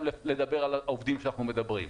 לדבר על העובדים שאנחנו מדברים עליהם.